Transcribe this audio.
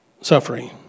suffering